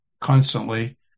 constantly